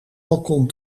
balkon